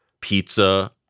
pizza